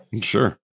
Sure